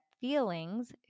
feelings